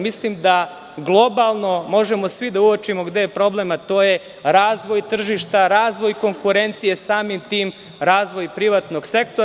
Mislim, da globalno možemo svi da uočimo gde je problem, a to je razvoj tržišta, razvoj konkurencija, a samim tim razvoj privatnog sektora.